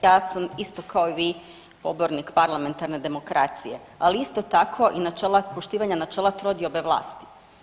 Ja sam isto kao i vi pobornik parlamentarne demokracije, ali isto tako i poštivanje načela trodiobe vlasti.